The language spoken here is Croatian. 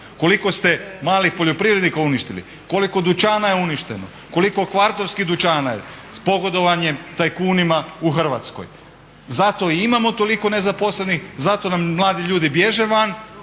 koliko ste malih poljoprivrednika uništili, koliko dućana je uništeno, koliko kvartovskih dućana je s pogodovanjem tajkunima u Hrvatskoj. Zato i imamo toliko nezaposlenih, zato nam mladi ljudi bježe van,